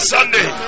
Sunday